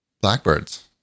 Blackbirds